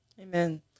Amen